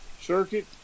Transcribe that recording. circuit